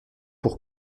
pour